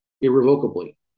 irrevocably